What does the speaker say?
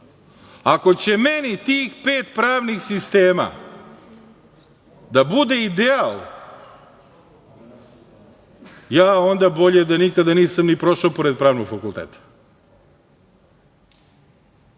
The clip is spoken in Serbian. Ako će meni tih pet pravnih sistema da bude ideal, onda bolje da nikada nisam ni prošao pored pravnog fakulteta. Što